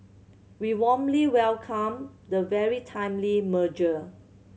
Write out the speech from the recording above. we warmly welcome the very timely merger